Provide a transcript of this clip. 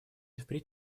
впредь